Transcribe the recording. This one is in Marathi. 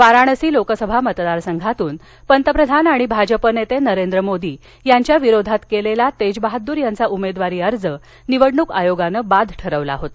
वाराणसी लोकसभा मतदार संघातून पंतप्रधान आणि भाजपा नेते नरेंद्र मोदी यांच्या विरोधात केलेला तेज बहादूर यांचा उमेदवारी अर्ज निवडणूक आयोगानं बाद ठरवला होता